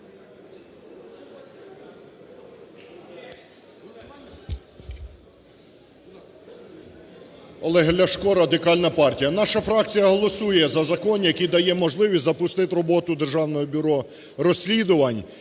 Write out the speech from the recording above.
Олег Ляшко, Радикальна партія. Наша фракція голосує за закон, який дає можливість запустити роботу Державного бюро розслідувань.